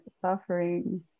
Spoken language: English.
suffering